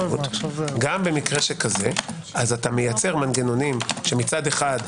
אתה מייצר מנגנונים שמצד אחד,